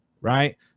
right